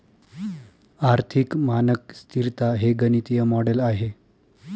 आर्थिक मानक स्तिरता हे गणितीय मॉडेल आहे